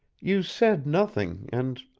you said nothing, and,